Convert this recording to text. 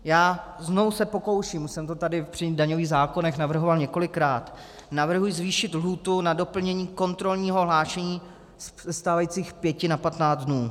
Já se znovu pokouším, už jsem to tady při daňových zákonech navrhoval několikrát, navrhuji zvýšit lhůtu na doplnění kontrolního hlášení ze stávajících pěti na patnáct dnů.